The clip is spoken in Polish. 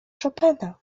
chopina